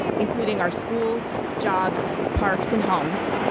including our schools, jobs, parks and homes,